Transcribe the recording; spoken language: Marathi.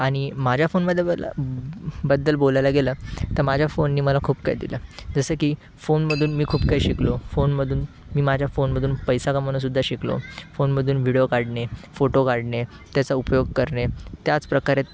आणि माझ्या फोन बद्दल बोलायला गेलं तर माझ्या फोनने मला खूप काही दिलं जसं की फोनमधून मी खूप काही शिकलो फोनमधून मी माझ्या फोनमधून पैसा कमवणंसुद्धा शिकलो फोनमधून विडीओ काढणे फोटो काढणे त्याचा उपयोग करणे त्याचप्रकारे